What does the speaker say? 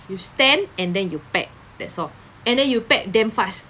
you stand and then you pack that's all and then you pack damn fast